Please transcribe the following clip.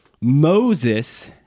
Moses